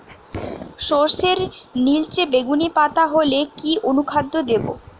সরর্ষের নিলচে বেগুনি পাতা হলে কি অনুখাদ্য দেবো?